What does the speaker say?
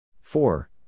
Four